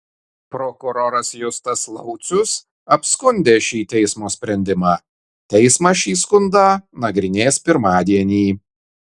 prokuroras justas laucius apskundė šį teismo sprendimą teismas šį skundą nagrinės pirmadienį